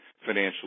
financially